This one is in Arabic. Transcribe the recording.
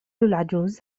العجوز